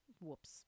Whoops